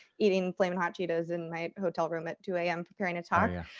eating flaming hot cheetos in my hotel room at two a m. preparing a talk. oh yeah,